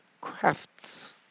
crafts